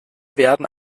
werden